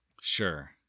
Sure